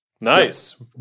Nice